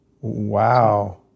Wow